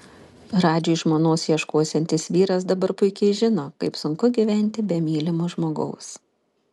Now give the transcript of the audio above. radžiui žmonos ieškosiantis vyras dabar puikiai žino kaip sunku gyventi be mylimo žmogaus